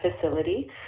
facility